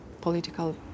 political